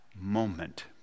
moment